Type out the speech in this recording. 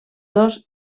dos